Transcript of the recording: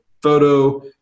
photo